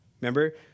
Remember